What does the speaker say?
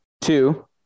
Two